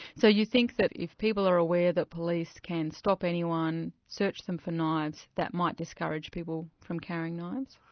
so you think that if people are aware that police can stop anyone, search them for knives, that might discourage people from carrying knives?